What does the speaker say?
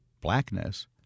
blackness